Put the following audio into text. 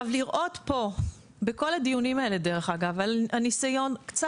לראות פה בכל הדיונים האלה על קצת